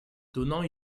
donnant